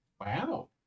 Wow